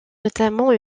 notamment